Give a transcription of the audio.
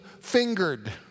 fingered